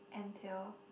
entail